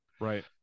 Right